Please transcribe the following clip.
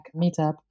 meetup